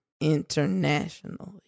internationally